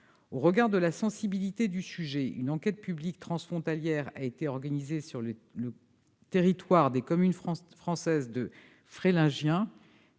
Au regard de la sensibilité du sujet, une enquête publique transfrontalière a été organisée sur le territoire des communes françaises de Frelinghien,